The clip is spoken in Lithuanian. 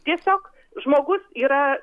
tiesiog žmogus yra